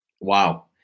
Wow